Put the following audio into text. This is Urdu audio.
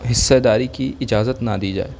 حصہ داری کی اجازت نہ دی جائے